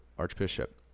Archbishop